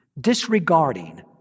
disregarding